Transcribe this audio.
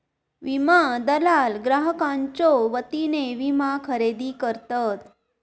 विमा दलाल ग्राहकांच्यो वतीने विमा खरेदी करतत